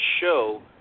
show